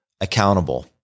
accountable